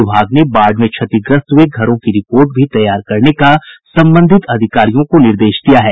विभाग ने बाढ़ में क्षतिग्रस्त हये घरों की रिपोर्ट भी तैयार करने का संबंधित अधिकारियों को निर्देश दिया है